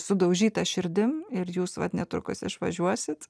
sudaužyta širdim ir jūs vat netrukus išvažiuosit